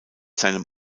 seinem